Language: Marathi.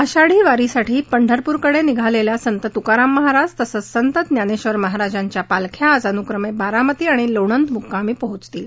आषाढी वारीसाठी पंढरप्रकडे निघालेल्या संत तुकाराम महाराज तसंच संत ज्ञानेधर महाराजांच्या पालख्या आज अनुक्रमे बारामती आणि लोणंद मुक्कामी पोहोचतील